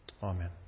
Amen